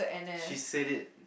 she said it